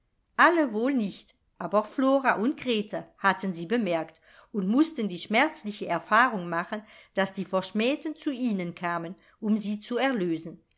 alle wohl nicht aber flora und grete hatten sie bemerkt und mußten die schmerzliche erfahrung machen daß die verschmähten zu ihnen kamen um sie zu erlösen